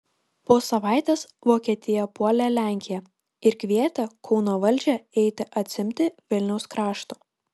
po savaitės vokietija puolė lenkiją ir kvietė kauno valdžią eiti atsiimti vilniaus krašto